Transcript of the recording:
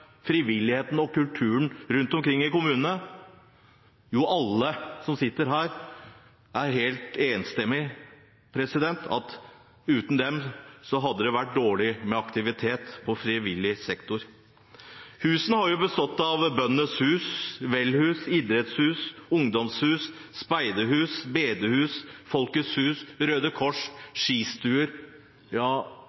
frivilligheten og kulturen rundt omkring i kommunene? Jo, alle som sitter her, er helt enige om at uten dem hadde det vært dårlig med aktivitet i frivillig sektor. Husene det er snakk om, er Bøndenes Hus, velhus, idrettshus, ungdomshus, speiderhus, bedehus, Folkets Hus, Røde Kors,